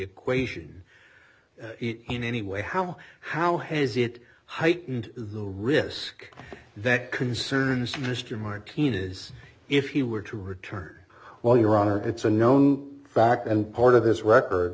equation in any way how how has it heightened the risk that concerns mr martinez if he were to return while your honor it's a known fact and part of his record